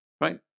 right